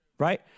Right